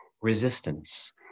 resistance